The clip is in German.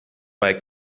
bei